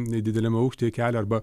nedideliam aukštyje kelia arba